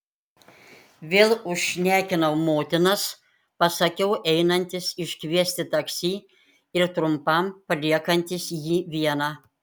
vėl užšnekinau motinas pasakiau einantis iškviesti taksi ir trumpam paliekantis jį vieną